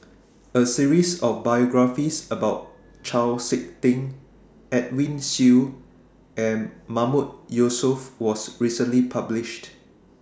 A series of biographies about Chau Sik Ting Edwin Siew and Mahmood Yusof was recently published